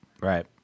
Right